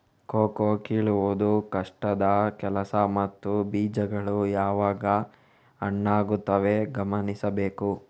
cocoa ಕೀಳುವುದು ಕಷ್ಟದ ಕೆಲಸ ಮತ್ತು ಬೀಜಗಳು ಯಾವಾಗ ಹಣ್ಣಾಗುತ್ತವೆ ಗಮನಿಸಬೇಕು